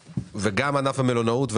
זאת בשורה גם לענף המלונאות,